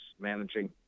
managing